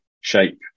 shape